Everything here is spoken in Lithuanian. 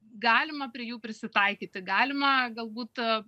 galima prie jų prisitaikyti galima galbūt